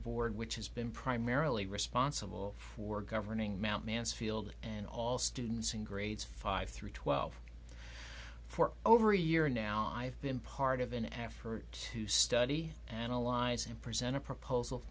board which has been primarily responsible for governing mt mansfield and all students in grades five through twelve for over a year now i've been part of an effort to study analyze and present a proposal